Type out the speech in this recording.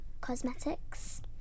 cosmetics